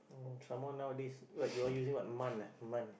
some more nowadays what y'all using what MAN ah MAN